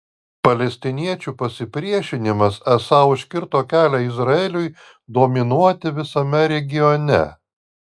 palestiniečių pasipriešinimas esą užkirto kelią izraeliui dominuoti visame regione